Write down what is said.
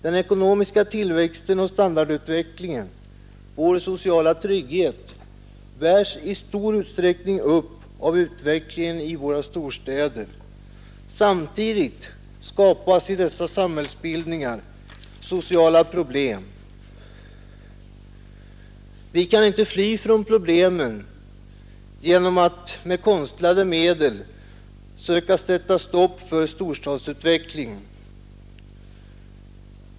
Den ekonomiska tillväxten och standardutvecklingen, vår sociala trygghet, bärs i stor utsträckning upp av utvecklingen i våra storstäder. Samtidigt skapas i dessa samhällsbild ningar sociala problem. Vi kan inte fly från problemen genom att med konstlade medel söka sätt stopp för storstadsutvecklingen.